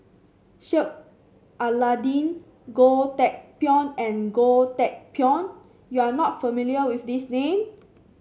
Sheik Alau'ddin Goh Teck Phuan and Goh Teck Phuan you are not familiar with these name